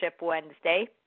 Wednesday